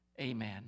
amen